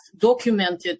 documented